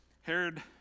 Herod